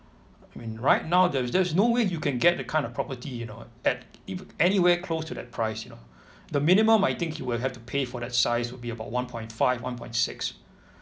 I mean right now there's there's no way you can get the kind of property you know at eve~ anywhere close to that price you know the minimum I think you will have to pay for that size will be about one point five one point six